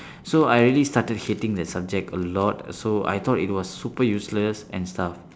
so I already started hating the subject a lot so I thought it was super useless and stuff